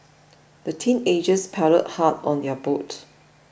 the teenagers paddled hard on their boat